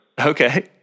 Okay